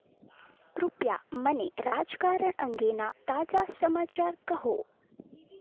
કૃપયા મને રાજકારણ અંગેના તાજા સમાચાર કહો